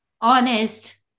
honest